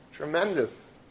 Tremendous